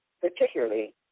particularly